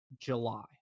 July